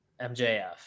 MJF